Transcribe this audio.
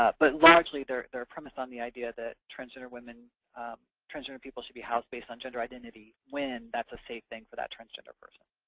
ah but largely, they're they're premised on the idea that transgender women transgender people should be housed based on gender identity when that's a safe thing for that transgender person.